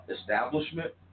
establishment